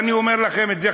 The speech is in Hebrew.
אני אומר לכם את זה,